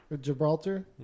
Gibraltar